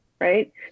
right